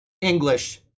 English